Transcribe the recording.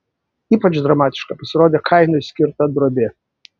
ypač dramatiška pasirodė kainui skirta drobė